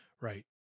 right